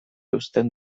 eusten